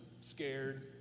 scared